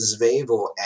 Zvevo